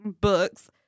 books